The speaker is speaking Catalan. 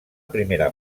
primera